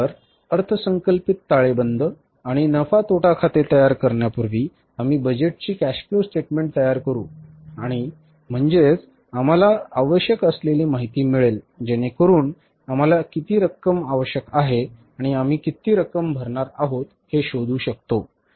तर अर्थसंकल्पित ताळेबंद आणि नफा तोटा खाते तयार करण्यापूर्वी आम्ही बजेटची Cash Flow Statement तयार करू आणि म्हणजेच आम्हाला आवश्यक असलेली माहिती मिळेल जेणेकरुन आम्हाला किती रक्कम आवश्यक आहे आणि आम्ही किती रक्कम भरणार आहोत हे शोधू शकाल